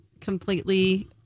completely